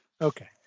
Okay